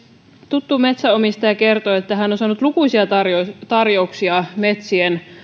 tuttu metsänomistaja kertoi että hän on saanut lukuisia tarjouksia tarjouksia metsien